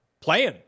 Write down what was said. Playing